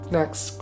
next